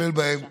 ונטפל בהם